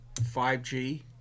5G